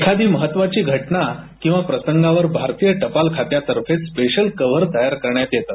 एखादी महत्वाची घटना किंवा प्रसंगावर भारतीय टपाल खात्यातर्फे स्पेशल कव्हर तयार करण्यात येतं